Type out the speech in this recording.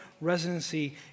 residency